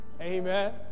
Amen